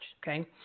okay